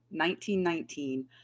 1919